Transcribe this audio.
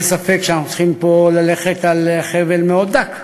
אין ספק שאנחנו צריכים פה ללכת על חבל מאוד דק.